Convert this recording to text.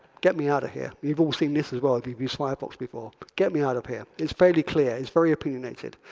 get me out of here. we've all seen this as well if you've used firefox before. get me out of here. it's fairly clear, is very opinionated.